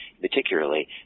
particularly